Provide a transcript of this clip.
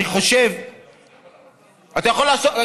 אני יכול לענות לך?